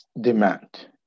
demand